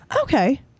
Okay